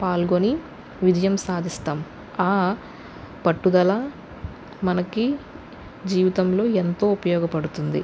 ఈ క్రీడలలో పాల్గొని విజయం సాధిస్తాం ఆ పట్టుదల మనకి జీవితంలో ఎంతో ఉపయోగపడుతుంది